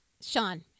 Sean